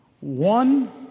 One